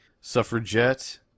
Suffragette